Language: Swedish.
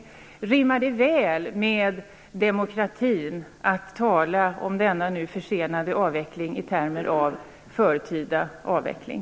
Rimmar det väl att tala om denna nu försenade avveckling i termer av förtida avveckling?